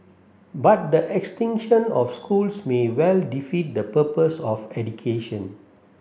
but the extinction of schools may well defeat the purpose of education